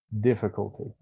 difficulty